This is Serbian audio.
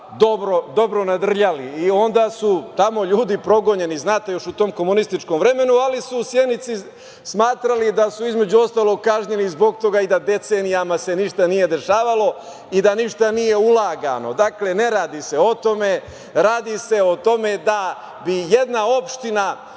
dobro nadrljali. Onda su tamo ljudi progonjeni. Znate, još u tom komunističkom vremenu. Ali, u Sjenici su smatrali da su, između ostalog, kažnjeni zbog toga i da decenijama se ništa nije dešavalo i da ništa nije ulagano. Dakle, ne radi se o tome, radi se o tome da bi jedna opština